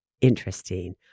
interesting